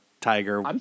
tiger